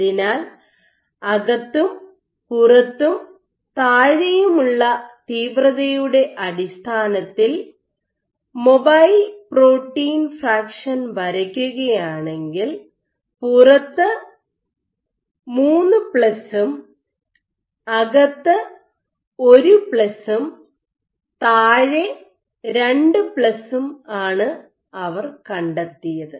അതിനാൽ അകത്തും പുറത്തും താഴെയുമുള്ള തീവ്രതയുടെ അടിസ്ഥാനത്തിൽ മൊബൈൽ പ്രോട്ടീൻ ഫ്രാക്ഷൻ വരയ്ക്കുകയാണെങ്കിൽ പുറത്ത് ഉം അകത്ത് ഉം താഴെ ഉം ആണ് അവർ കണ്ടെത്തിയത്